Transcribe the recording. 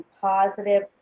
positive